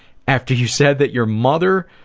after you said that your mother